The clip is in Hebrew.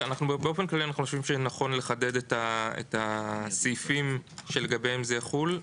באופן כללי אנחנו חושבים שנכון לחדד את הסעיפים שלגביהם זה יחול.